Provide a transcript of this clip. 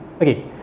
Okay